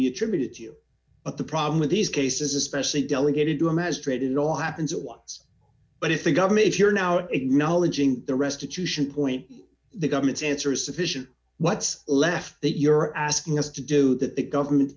be attributed to you but the problem with these cases especially delegated to him as straight it all happens at once but if the government is here now acknowledging the restitution point the government's answer is sufficient what's left that you're asking us to do that the government